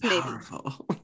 powerful